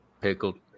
Pickled